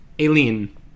Aileen